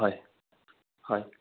হয় হয়